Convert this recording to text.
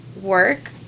work